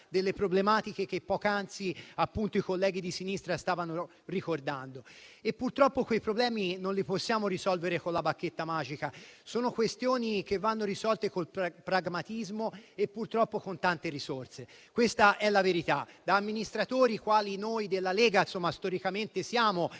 delle problematiche che poc'anzi i colleghi di sinistra stavano ricordando. Purtroppo, però, quei problemi non li possiamo risolvere con la bacchetta magica: sono questioni che vanno risolte col pragmatismo e con tante risorse. Questa è la verità. Da amministratori quali noi della Lega storicamente siamo,